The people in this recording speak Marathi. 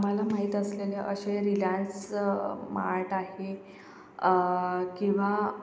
आम्हाला माहीत असलेल्या असे रिलायन्स मार्ट आहे किंवा